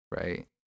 right